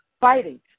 fighting